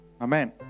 Amen